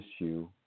issue